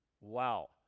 Wow